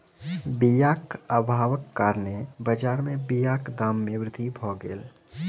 बीयाक अभावक कारणेँ बजार में बीयाक दाम में वृद्धि भअ गेल